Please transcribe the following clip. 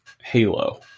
Halo